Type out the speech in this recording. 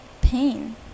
Pain